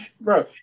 bro